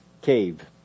cave